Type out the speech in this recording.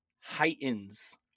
heightens